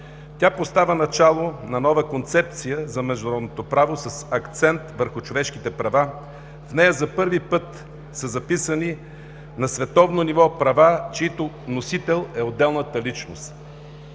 Тя поставя начало на нова концепция за международното право, с акцент върху човешките права. В нея за първи път са записани на световно ниво права, чиито носител е отделната личност.